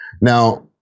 Now